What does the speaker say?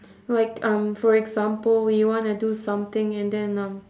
like um for example you wanna do something and then um